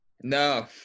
No